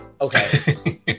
Okay